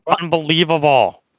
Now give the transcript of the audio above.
Unbelievable